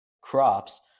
crops